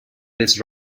this